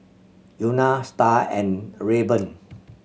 Euna Star and Rayburn